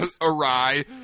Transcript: awry